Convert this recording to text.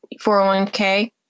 401k